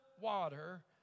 water